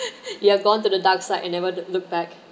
you have gone to the dark side and never looked back